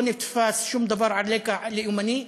לא נתפס שום דבר על רקע לאומני.